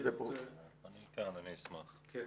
תודה רבה,